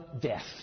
death